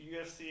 UFC